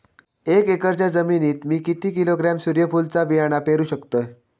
एक एकरच्या जमिनीत मी किती किलोग्रॅम सूर्यफुलचा बियाणा पेरु शकतय?